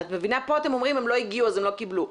פה אתם אומרים, הם לא הגיעו אז הם לא קיבלו.